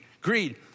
greed